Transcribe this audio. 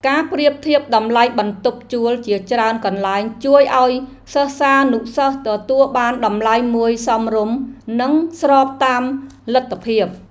ការប្រៀបធៀបតម្លៃបន្ទប់ជួលជាច្រើនកន្លែងជួយឱ្យសិស្សានុសិស្សទទួលបានតម្លៃមួយសមរម្យនិងស្របតាមលទ្ធភាព។